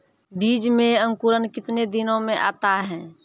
बीज मे अंकुरण कितने दिनों मे आता हैं?